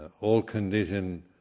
all-conditioned